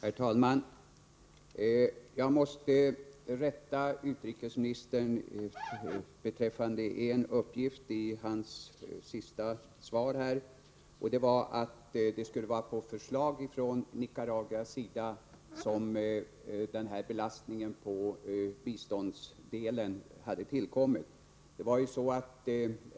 Herr talman! Jag måste rätta utrikesministern beträffande en uppgift i hans senaste anförande. Han sade att det var på förslag från Nicaraguas sida som belastningen av biståndsmedlen hade tillkommit.